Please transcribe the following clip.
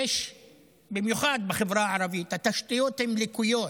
במיוחד בחברה הערבית התשתיות הן לקויות,